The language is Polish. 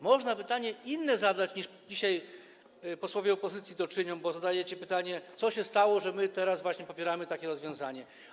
Można zadać inne pytanie, niż dzisiaj posłowie opozycji to czynią, bo zadajecie pytanie, co się stało, że my teraz właśnie popieramy takie rozwiązanie.